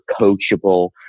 coachable